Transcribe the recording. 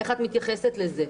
איך את מתייחסת לזה?